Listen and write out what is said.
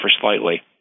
slightly